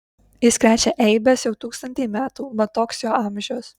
jis krečia eibes jau tūkstantį metų mat toks jo amžius